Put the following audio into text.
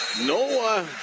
No